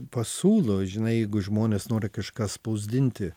pasiūlo žinai jeigu žmonės nori kažką spausdinti